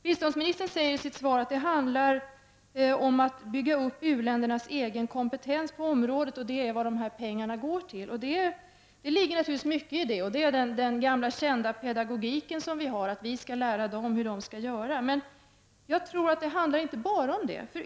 Biståndsministern säger vidare i sitt svar att det handlar om att bygga upp u-ländernas egen kompetens på området och att pengarna går just till det. Det ligger naturligtvis mycket i det. Det är den gamla kända pedagogiken att vi skall lära dem hur de skall göra. Men jag tror inte att det bara handlar om sådant.